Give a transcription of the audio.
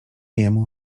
jemu